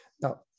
Now